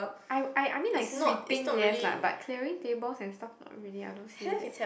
I I I mean like sweeping yes lah but clearing tables and stuff not really I don't see that